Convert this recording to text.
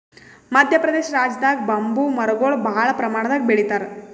ಮದ್ಯ ಪ್ರದೇಶ್ ರಾಜ್ಯದಾಗ್ ಬಂಬೂ ಮರಗೊಳ್ ಭಾಳ್ ಪ್ರಮಾಣದಾಗ್ ಬೆಳಿತಾರ್